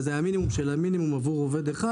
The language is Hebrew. וזה המינימום של המינימום עבור עובד אחד,